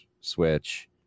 switch